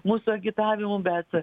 mūsų agitavimų bet